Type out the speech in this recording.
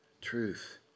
truth